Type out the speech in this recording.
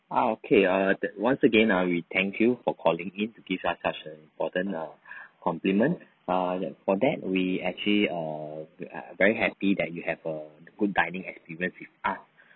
ah okay err once again err we thank you for calling in to give us such a important err compliment err for that we actually err very happy that you have a good dining experience with us